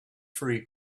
free